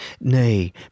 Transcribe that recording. Nay